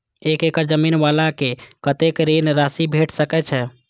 एक एकड़ जमीन वाला के कतेक ऋण राशि भेट सकै छै?